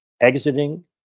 exiting